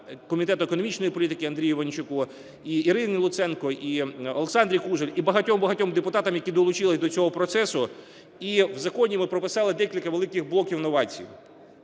Комітету економічної політики Андрію Іванчуку, і Ірині Луценко, і Олександрі Кужель, і багатьом-багатьом депутатам, які долучилися до цього процесу. І в законі ми прописали декілька великих блоків новацій.